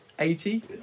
Eighty